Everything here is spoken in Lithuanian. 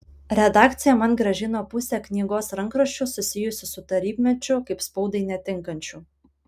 redakcija man grąžino pusę knygos rankraščių susijusių su tarybmečiu kaip spaudai netinkančių